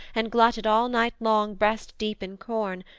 and glutted all night long breast-deep in corn,